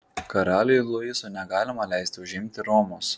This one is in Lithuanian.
karaliui luisui negalima leisti užimti romos